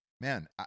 man